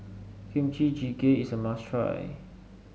Kimchi Jjigae is a must try